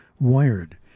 Wired